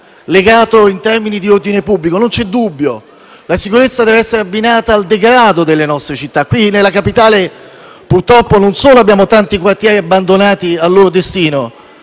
della sicurezza e dell'ordine pubblico. Non c'è dubbio, la sicurezza deve essere abbinata alla lotta al degrado delle nostre città. Nella Capitale purtroppo non solo abbiamo tanti quartieri abbandonati al loro destino,